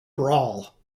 brawl